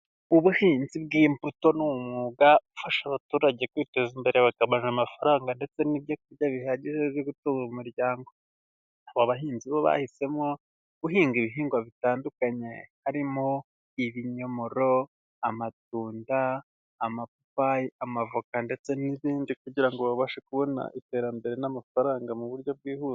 Ubuhinzi bw'imbuto ni umwuga ufasha abaturage kwiteza imbere bakabona amafaranga ndetse n'ibyo kurya bihagije byo gutunga umuryango, aba bahinzi bo bahisemo guhinga ibihingwa bitandukanye harimo ibinyomoro, amatunda, amapapayi, amavoka ndetse n'izindi kugira ngo babashe kubona iterambere n'amafaranga mu buryo bwihuse.